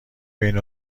بین